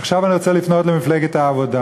עכשיו אני רוצה לפנות למפלגת העבודה